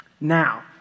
Now